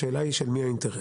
השאלה היא של מי האינטרס.